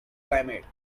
climate